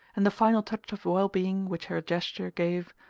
and the final touch of well-being which her gesture gave,